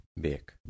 big